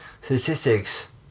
statistics